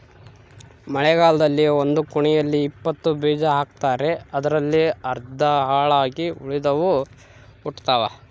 ಮಳೆಗಾಲದಲ್ಲಿ ಒಂದು ಕುಣಿಯಲ್ಲಿ ಇಪ್ಪತ್ತು ಬೀಜ ಹಾಕ್ತಾರೆ ಅದರಲ್ಲಿ ಅರ್ಧ ಹಾಳಾಗಿ ಉಳಿದವು ಹುಟ್ಟುತಾವ